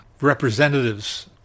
representatives